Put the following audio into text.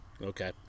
Okay